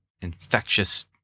infectious